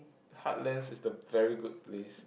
Heartlands is the very good place